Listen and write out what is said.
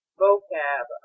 vocab